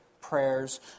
prayers